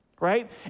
right